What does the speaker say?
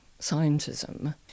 scientism